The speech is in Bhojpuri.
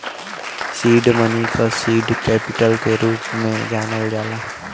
सीड मनी क सीड कैपिटल के रूप में जानल जाला